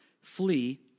flee